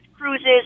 cruises